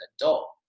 adult